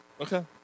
Okay